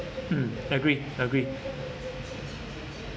mm agree agree